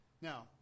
Now